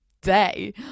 day